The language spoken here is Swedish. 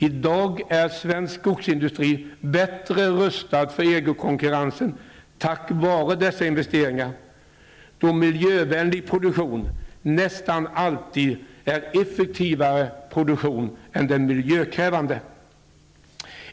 I dag är svensk skogsindustri bättre rustad för EG konkurrensen tack vare dessa investeringar, då miljövänlig produktion nästan alltid är effektivare produktion än den miljökrävande.